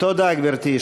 תודה, גברתי.